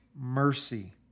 mercy